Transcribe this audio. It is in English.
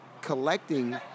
collecting